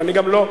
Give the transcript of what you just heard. ואני גם לא,